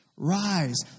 rise